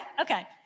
okay